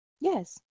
Yes